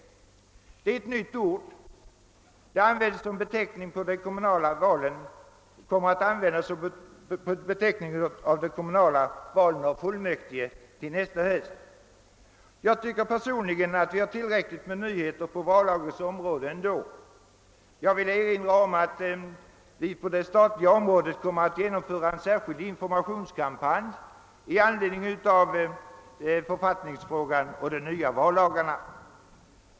Detta är ett nytt ord, som kommer att användas som beteckning vid de kommunala valen av fullmäktige nästa höst. Personligen tycker jag att vi ändå har tillräckligt med nyheter vad beträffar vallagen. Jag vill erinra om att vi på det statliga området kommer att genomföra en särskild informationskampanj i anslutning till författningsfrågan och de nya vallagarna.